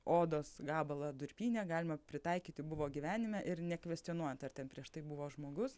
odos gabalą durpyne galima pritaikyti buvo gyvenime ir nekvestionuojant ar ten prieš tai buvo žmogus